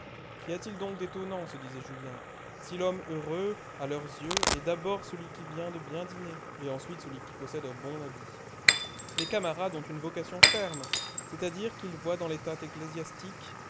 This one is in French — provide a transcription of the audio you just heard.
qu'y a-t-il donc d'étonnant se disait julien si l'homme heureux à leurs yeux est d'abord celui qui vient de bien dîner et ensuite celui qui possède un bon habit mes camarades ont une vocation ferme c'est-à-dire qu'ils voient dans l'état